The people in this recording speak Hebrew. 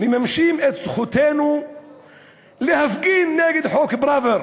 מממשים את זכותנו להפגין נגד חוק פראוור